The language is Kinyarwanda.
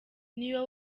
niyo